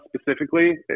specifically